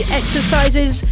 exercises